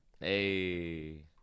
hey